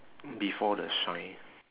before the sign